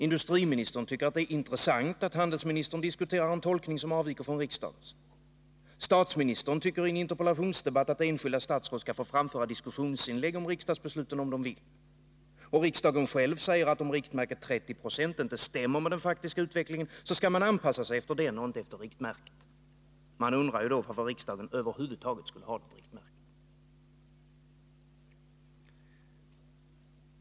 Industriministern tycker att det är intressant att handelsministern diskuterar en tolkning som avviker från riksdagens. Statsministern säger i en interpellationsdebatt att han tycker att enskilda statsråd skall få framföra diskussionsinlägg om riksdagsbesluten som de vill. Och riksdagen själv säger att om riktmärket 30 26 inte stämmer med den faktiska utvecklingen, så skall man anpassa sig efter den och inte efter riktmärket. Man undrar varför riksdagen då över huvud taget skall ha något riktmärke.